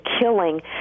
killing